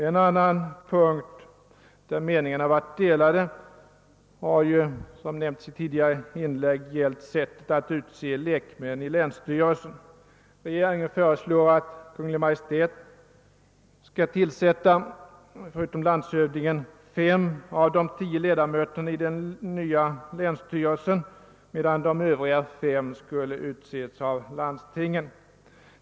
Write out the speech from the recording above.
En annan punkt där meningarna varit delade har, som nämnts i tidigare inlägg, gällt sättet att utse lekmän i länsstyrelsen. Regeringen föreslår att Kungl. Maj:t skall tillsätta förutom landshövdingen fem av de tio ledamöterna i den nya länsstyrelsen, medan de övriga fem skall utses av landstingen.